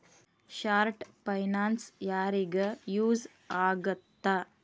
short finance ಯಾರಿಗ use ಆಗತ್ತಾ